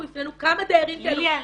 אנחנו הפנינו כמה דיירים כאלו -- ליליאן,